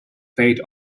fate